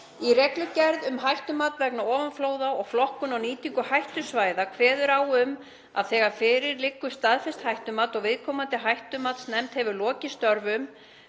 Í reglugerð um hættumat vegna ofanflóða og flokkun á nýtingu hættusvæða kveður á um að þegar fyrir liggur staðfest hættumat og viðkomandi hættumatsnefnd hefur lokið störfum